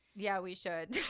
yeah, we should.